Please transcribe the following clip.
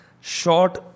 Short